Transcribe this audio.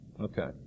Okay